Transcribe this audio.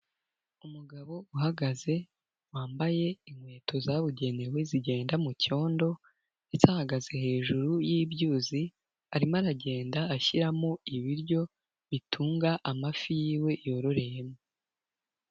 Umugabo uhagaze wambaye inkweto zabugenewe zigenda mu cyondo ndetse ahagaze hejuru y'ibyuzi arimo aragenda ashyiramo ibiryo bitunga amafi y'iwe yororeyemo.